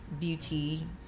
beauty